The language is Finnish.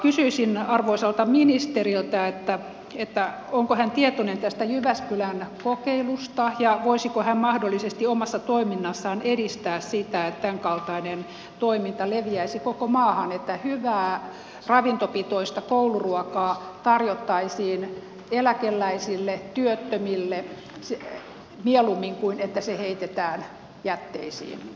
kysyisin arvoisalta ministeriltä onko hän tietoinen tästä jyväskylän kokeilusta ja voisiko hän mahdollisesti omassa toiminnassaan edistää sitä että tämänkaltainen toiminta leviäisi koko maahan että hyvää ravintopitoista kouluruokaa tarjottaisiin eläkeläisille ja työttömille mieluummin kuin että se heitetään jätteisiin